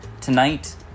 Tonight